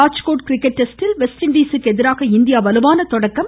Rajkot cricket டெஸ்ட்டில் West Indies க்கு எதிராக இந்தியா வலுவான தொடக்கம்